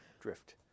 drift